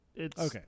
Okay